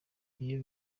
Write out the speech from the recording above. iyo